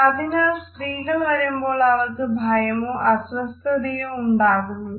അതിനാൽ സ്ത്രീകൾ വരുമ്പോൾ അവർക്ക് ഭയമോ അസ്വസ്ഥതയോ ഉണ്ടാകുന്നുമില്ല